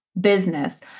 business